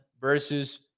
versus